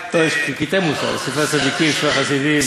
ספר הצדיקים, ספר החסידים.